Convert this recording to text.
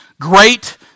great